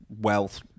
wealth